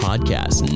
Podcast